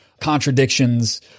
contradictions